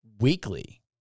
weekly